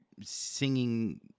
singing